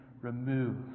remove